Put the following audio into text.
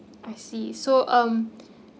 I see so um